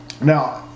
now